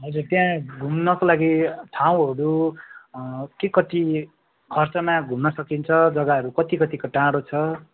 हजुर त्यहाँ घुम्नको लागि ठाँउहरू के कति खर्चमा घुम्न सकिन्छ जगाहरू कति कतिको टाडो छ